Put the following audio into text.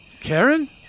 Karen